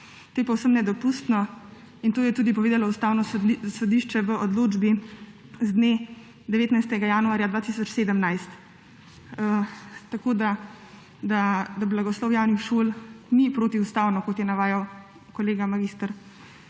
To je povsem nedopustno in to je tudi povedalo Ustavno sodišče v odločbi z dne 19. januarja 2017. Tako blagoslavljanje šol ni protiustavno, kot je navajal kolega mag.